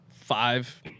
five